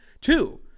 Two